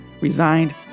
resigned